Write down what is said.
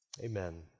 Amen